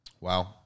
Wow